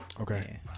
Okay